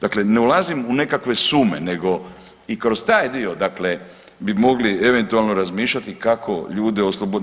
Dakle, ne ulazim u nekakve sume nego i kroz taj dio, dakle bi mogli eventualno razmišljati kako ljude osloboditi.